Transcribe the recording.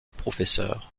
professeur